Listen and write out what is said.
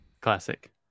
classic